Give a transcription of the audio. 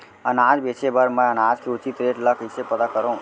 अनाज बेचे बर मैं अनाज के उचित रेट ल कइसे पता करो?